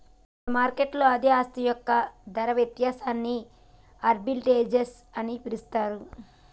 ఇవిధ మార్కెట్లలో అదే ఆస్తి యొక్క ధర వ్యత్యాసాన్ని ఆర్బిట్రేజ్ అని పిలుస్తరు